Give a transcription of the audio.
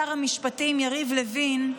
שר המשפטים יריב לוין,